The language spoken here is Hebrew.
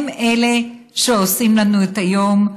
הם אלה שעושים לנו את היום.